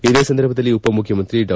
ಇದೇ ಸಂದರ್ಭದಲ್ಲಿ ಉಪಮುಖ್ಯಮಂತ್ರಿ ಡಾ